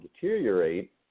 deteriorate